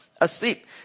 asleep